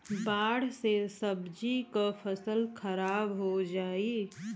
बाढ़ से सब्जी क फसल खराब हो जाई